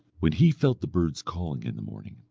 when he felt the birds calling in the morning,